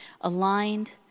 aligned